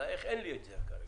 על האיך אין לי את זה כרגע.